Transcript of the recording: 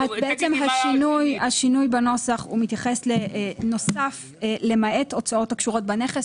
השינוי בנוסף מתייחס ל'למעט הוצאות הקשורות בנכס'.